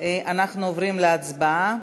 אנחנו עוברים להצבעה.